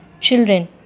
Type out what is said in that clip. Children